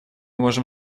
можем